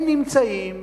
הם נמצאים